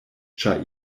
ĉar